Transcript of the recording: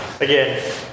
Again